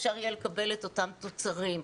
אפשר יהיה לקבל את אותם תוצרים.